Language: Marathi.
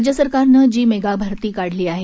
राज्य सरकारनं जी मेगा भरती काढली आहे